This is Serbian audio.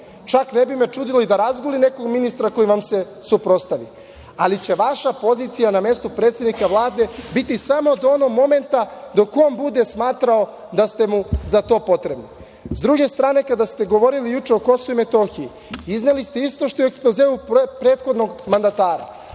Čak ne bi me čudilo i da razguli nekog ministra koji vam se suprotstavlja, ali će vaša pozicija na mestu predsednika Vlade biti samo do onog momenta dok on bude smatrao da ste mu za to potrebni.S druge starane, kada ste govorili juče o KiM, izneli ste isto što je u ekspozeu prethodnog mandatara,